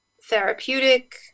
therapeutic